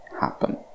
happen